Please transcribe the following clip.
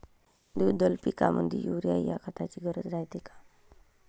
द्विदल पिकामंदी युरीया या खताची गरज रायते का?